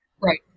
Right